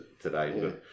today